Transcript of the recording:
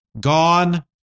Gone